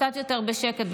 קצת יותר בשקט,